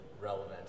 relevant